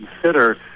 consider